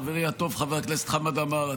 חברי הטוב חבר הכנסת חמד עמאר,